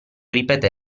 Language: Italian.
ripeté